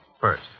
first